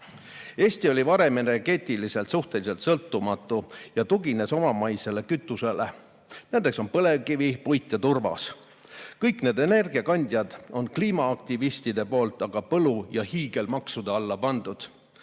oli varem energeetiliselt suhteliselt sõltumatu ja tugines omamaisele kütusele, nagu põlevkivi, puit ja turvas. Kõik need energiakandjad on kliimaaktivistide poolt aga põlu ja hiigelmaksude alla pandud,